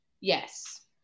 yes